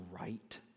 right